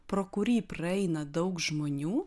pro kurį praeina daug žmonių